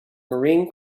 marine